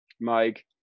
Mike